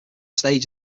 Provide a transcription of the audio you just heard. stage